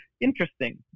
interesting